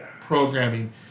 programming